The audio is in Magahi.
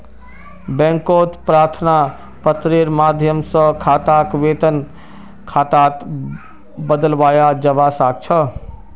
बैंकत प्रार्थना पत्रेर माध्यम स खाताक वेतन खातात बदलवाया जबा स ख छ